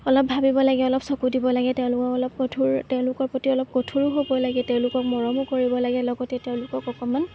অলপ ভাবিব লাগে অলপ চকু দিব লাগে তেওঁলোকক অলপ কঠাৰ তেওঁলোকৰ প্ৰতি অলপ কঠোৰ হ'ব লাগে তেওঁলোকক মৰমো কৰিব লাগে লগতে তেওঁলোকক অকণমান